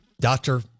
doctor